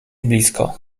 blisko